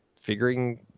figuring